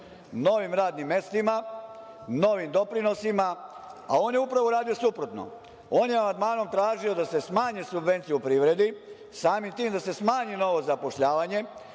novim radnim mestima, novim doprinosima, a on je upravo uradio suprotno. On je amandmanom tražio da se smanje subvencije u privredni, samim tim da se smanji novac za zapošljavanje,